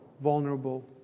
vulnerable